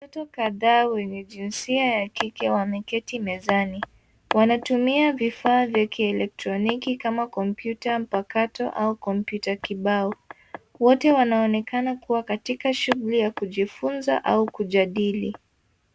Watu kadhaa wenye jinsia ya kike wameketi mezani wanatumia vifaa vya kieletroniki kama kompyuta mpakato au kompyuta kibao wote wanaonekana kuwa katika shughuli ya kujifunza au kujadili.